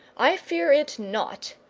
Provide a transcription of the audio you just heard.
i fear it nought,